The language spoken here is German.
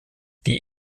die